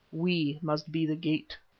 we must be the gate.